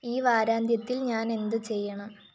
ഈ വാരാന്ത്യത്തിൽ ഞാൻ എന്ത് ചെയ്യണം